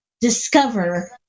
discover